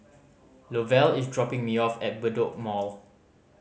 Lovell is dropping me off at Bedok Mall